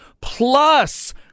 Plus